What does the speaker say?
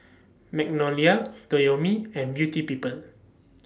Magnolia Toyomi and Beauty People